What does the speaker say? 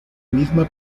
misma